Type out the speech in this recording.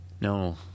no